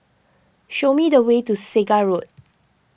show me the way to Segar Road